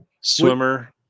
swimmer